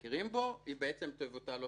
שמכירים בו, ההגבלה תבוטל אוטומטית.